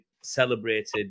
celebrated